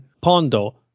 Pondo